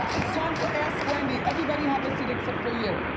it's time to ask wendy. everybody have a seat except for you.